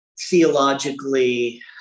theologically